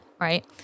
right